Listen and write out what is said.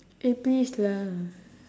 eh please lah